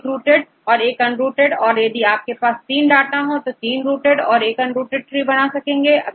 एक रूटेड और एक अनरूटेड और यदि यदि आपके पास तीन डाटा हो तो तीन रूटेड और एक अनरूटेड ट्री बना सकेंगे